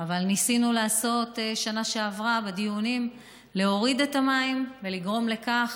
ניסינו בדיונים בשנה שעברה להוריד את מחיר המים ולגרום לכך